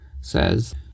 says